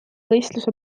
võistluse